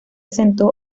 sentó